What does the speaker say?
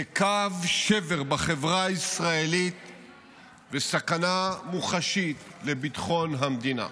זה קו שבר בחברה הישראלית וסכנה מוחשית לביטחון המדינה.